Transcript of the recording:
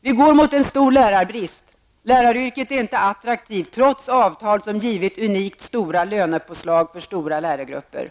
Vi går mot en stor lärarbrist. Läraryrket är inte attraktivt, trots avtal som givit unikt stora lönepåslag för stora lärargrupper.